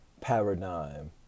paradigm